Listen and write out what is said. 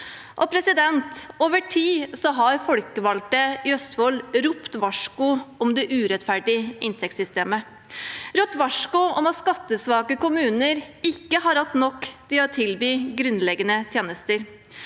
har møtt. Over tid har folkevalgte i Østfold ropt varsko om det urettferdige i inntektssystemet, ropt varsko om at skattesvake kommuner ikke har hatt nok til å tilby grunnleggende tjenester.